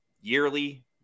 yearly